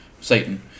Satan